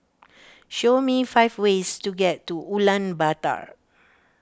show me five ways to get to Ulaanbaatar